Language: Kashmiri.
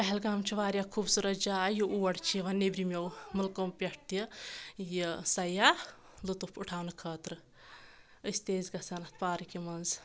پہلگام چھُ واریاہ خوٗبصوٗرت جاے یہِ اور چھِ یِوان نؠبرِمو مُلکو پؠٹھ تہِ یہِ سیاح لُطف اُٹھاونہٕ خٲطرٕ أسۍ تہِ ٲسۍ گژھان اَتھ پارکہِ منٛز